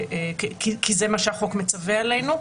כי זה מה שהחוק מצווה עלינו.